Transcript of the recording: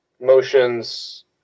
motions